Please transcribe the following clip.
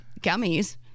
gummies